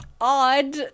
odd